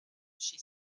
she